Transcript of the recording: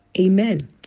Amen